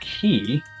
Key